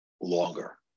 longer